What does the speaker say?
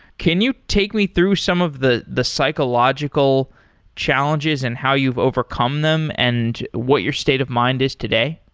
can you take me through some of the the psychological challenges and how you've overcome them, and what your state of mind is today?